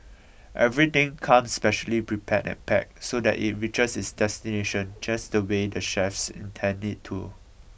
everything comes specially prepared and packed so that it reaches its destination just the way the chefs intend it to